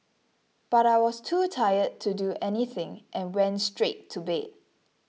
but I was too tired to do anything and went straight to bed